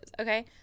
okay